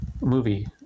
movie